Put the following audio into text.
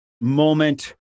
moment